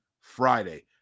Friday